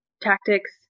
tactics